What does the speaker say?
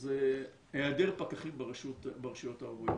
זה היעדר פקחים ברשויות הערביות.